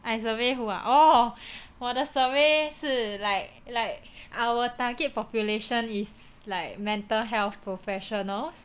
I survey who ah orh 我的 survey 是 like like our target population is like mental health professionals